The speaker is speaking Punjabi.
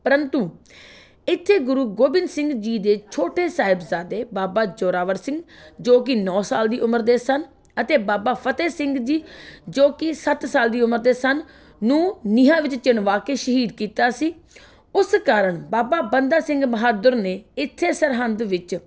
ਪਰੰਤੂ ਇੱਥੇ ਗੁਰੂ ਗੋਬਿੰਦ ਸਿੰਘ ਜੀ ਦੇ ਛੋਟੇ ਸਾਹਿਬਜ਼ਾਦੇ ਬਾਬਾ ਜ਼ੋਰਾਵਾਰ ਸਿੰਘ ਜੋ ਕਿ ਨੌ ਸਾਲ ਦੀ ਉਮਰ ਦੇ ਸਨ ਅਤੇ ਬਾਬਾ ਫਤਿਹ ਸਿੰਘ ਜੀ ਜੋ ਕਿ ਸੱਤ ਸਾਲ ਦੀ ਉਮਰ ਦੇ ਸਨ ਨੂੰ ਨੀਹਾਂ ਵਿੱਚ ਚਿਣਵਾ ਕੇ ਸ਼ਹੀਦ ਕੀਤਾ ਸੀ ਉਸ ਕਾਰਨ ਬਾਬਾ ਬੰਦਾ ਸਿੰਘ ਬਹਾਦਰ ਨੇ ਇੱਥੇ ਸਰਹੰਦ ਵਿੱਚ